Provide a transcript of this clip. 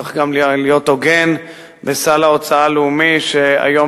צריך להיות הוגן בסל ההוצאה הלאומי שהיום